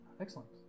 Excellent